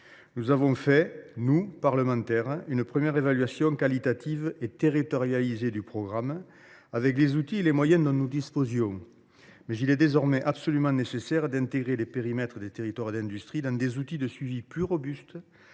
avons mené à bien une première évaluation qualitative et territorialisée du programme, avec les outils et les moyens dont nous disposions. Mais il est désormais absolument nécessaire d’intégrer les périmètres des territoires d’industrie dans des outils de suivi plus robustes,